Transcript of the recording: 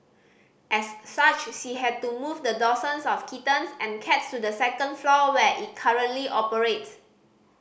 as such she had to move the dozens of kittens and cats to the second floor where it currently operates